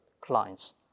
clients